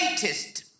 greatest